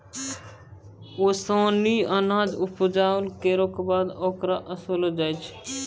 ओसौनी अनाज उपजाइला केरो बाद ओकरा ओसैलो जाय छै